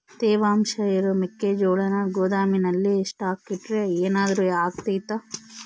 ತೇವಾಂಶ ಇರೋ ಮೆಕ್ಕೆಜೋಳನ ಗೋದಾಮಿನಲ್ಲಿ ಸ್ಟಾಕ್ ಇಟ್ರೆ ಏನಾದರೂ ಅಗ್ತೈತ?